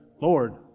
Lord